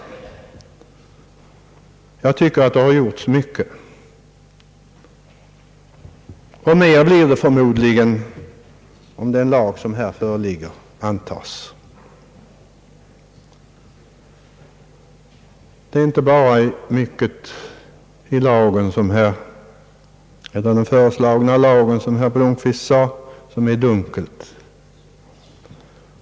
Jag tycker att det har gjorts mycket, och mer blir det förmodligen om den lag varom förslag härom föreligger antas. Det är inte bara i den föreslagna lagen som mycket är dunkelt, som herr Blomquist sade.